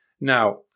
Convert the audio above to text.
Now